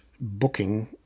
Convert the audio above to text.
booking